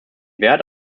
wert